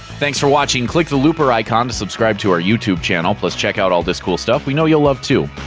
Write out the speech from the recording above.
thanks for watching! click the looper icon to subscribe to our youtube channel. plus check out all this cool stuff we know you'll love, too!